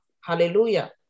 hallelujah